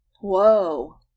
Whoa